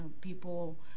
people